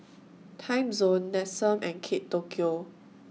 Timezone Nestum and Kate Tokyo